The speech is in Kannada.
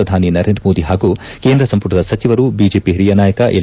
ಪ್ರಧಾನಿ ನರೇಂದ್ರ ಮೋದಿ ಹಾಗೂ ಕೇಂದ್ರ ಸಂಪುಟದ ಸಚಿವರು ಬಿಜೆಪಿ ಹಿರಿಯ ನಾಯಕ ಎಲ್